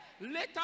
Later